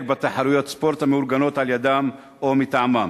בתחרויות ספורט המאורגנות על-ידם או מטעמם.